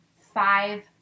five